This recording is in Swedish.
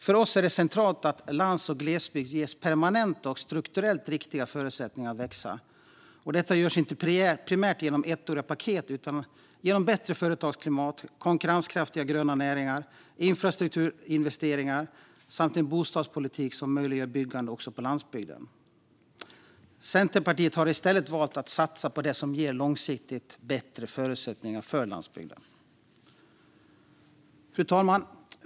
För oss är det centralt att lands och glesbygd ges permanenta och strukturellt riktiga förutsättningar att växa. Detta görs inte primärt genom ettåriga paket utan genom bättre företagsklimat, konkurrenskraftiga gröna näringar, infrastrukturinvesteringar samt en bostadspolitik som möjliggör byggande också på landsbygden. Centerpartiet har i stället valt att satsa på det som ger långsiktigt bättre förutsättningar för landsbygden. Fru talman!